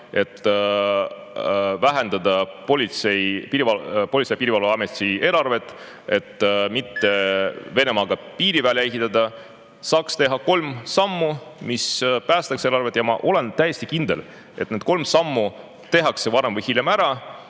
et vähendada Politsei- ja Piirivalveameti eelarvet, et mitte Venemaaga piiri välja ehitada, saaks teha kolm sammu, mis päästaks eelarve. Ma olen täiesti kindel, et need kolm sammu tehakse varem või hiljem ära,